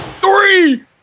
three